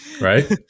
right